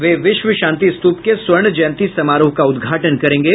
वे विश्व शांति स्त्रप के स्वर्ण जयंती समारोह का उद्घाटन करेंगे